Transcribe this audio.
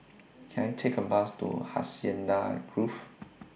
Can I Take A Bus to Hacienda Grove